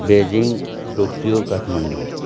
Beijing Tokyo Kathmandu